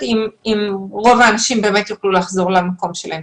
אם רוב האנשים באמת יוכלו לחזור למקום העבודה שלהם.